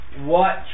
Watch